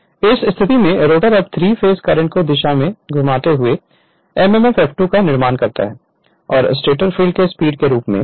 Refer Slide Time 1131 इस स्थिति में रोटर अब 3 फेस करंट को दिशा में घुमाते हुए mmf F2 का निर्माण करता है और स्टेटर फ़ील्ड के स्पीड के रूप में